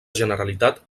generalitat